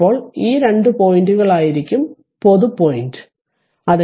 ഇപ്പോൾ ഈ രണ്ട് പോയിന്റുകളും പൊതു പോയിന്റാണ്